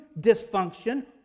dysfunction